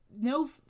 no